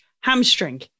hamstring